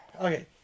Okay